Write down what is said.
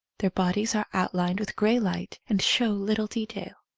their bodies are outlined with grey light and show little detail.